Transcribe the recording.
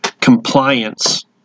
Compliance